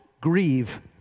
grieve